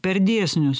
per dėsnius